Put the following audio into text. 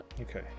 Okay